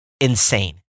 insane